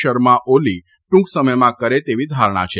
શર્મા ઓલી ટ્રંક સમયમાં કરે તેવી ધારણા છે